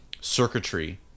circuitry